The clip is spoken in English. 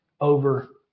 over